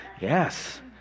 yes